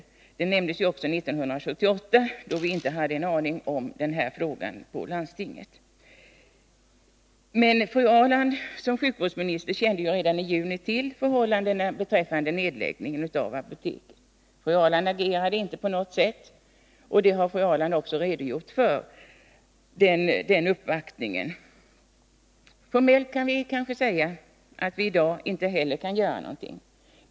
Fru Ahrland nämnde också årtalet 1978, men då hade vi i landstinget inte en aning om de här planerna på en nedläggning av apoteket. Fru Ahrland som sjukvårdsminister kände emellertid till dem redan i juni i år. Fru Ahrland reagerade inte på något sätt. Fru Ahrland har också redogjort för den uppvaktning som skedde. Formellt kan vi i dag inte göra någonting.